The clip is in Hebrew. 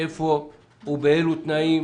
איפה ובאילו תנאים,